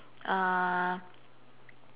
uh